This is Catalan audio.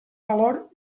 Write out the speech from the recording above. valor